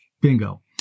bingo